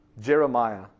Jeremiah